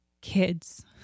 kids